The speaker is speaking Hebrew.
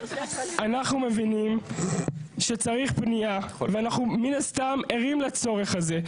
אנחנו מבינים שצריך בנייה ואנחנו מן הסתם ערים לצורך הזה,